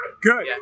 Good